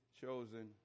chosen